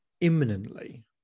imminently